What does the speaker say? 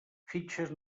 fitxes